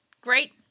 great